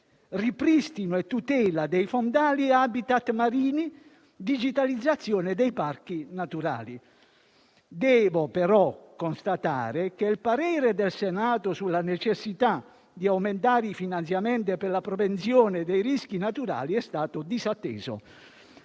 ripristino e la tutela dei fondali e degli *habitat* marini, la digitalizzazione dei parchi naturali. Devo però constatare che il parere del Senato sulla necessità di aumentare i finanziamenti per la prevenzione dei rischi naturali è stato disatteso;